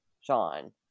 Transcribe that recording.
sean